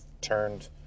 turned